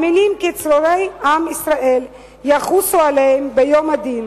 צוררי עם ישראל יחוסו עליהם ביום הדין,